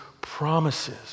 promises